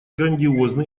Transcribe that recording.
грандиозны